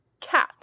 cat